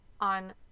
on